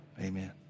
amen